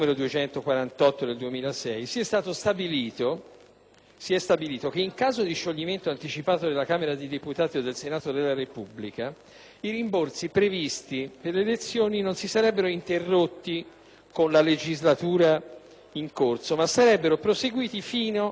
si è stabilito che in caso di scioglimento anticipato della Camera dei deputati e del Senato della Repubblica i rimborsi previsti per le elezioni non si sarebbero interrotti con la legislatura in corso, ma sarebbero proseguiti fino alla data di scadenza naturale di questa.